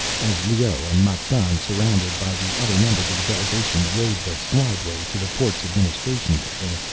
as leoh and massan, surrounded by the other members of the delegation, rode the slideway to the port's administration building,